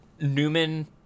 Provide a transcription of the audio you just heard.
Newman